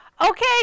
okay